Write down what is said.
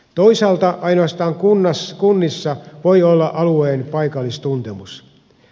toisaalta ainoastaan kunnissa voi olla alueen paikallistuntemus